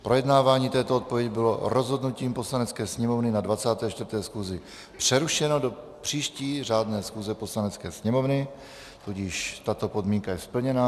Projednávání této odpovědi bylo rozhodnutím Poslanecké sněmovny na 24. schůzi přerušeno do příští řádné schůze Poslanecké sněmovny, tudíž tato podmínka je splněna.